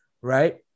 right